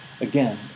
Again